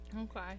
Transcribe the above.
Okay